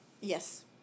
Yes